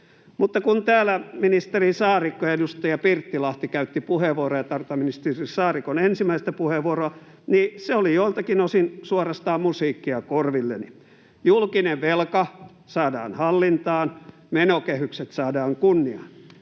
Mutta kun täällä ministeri Saarikko ja edustaja Pirttilahti käyttivät puheenvuoroja — tarkoitan ministeri Saarikon ensimmäistä puheenvuoroa — niin ne olivat joiltakin osin suorastaan musiikkia korvilleni: julkinen velka saadaan hallintaan, menokehykset saadaan kunniaan.